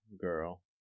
girl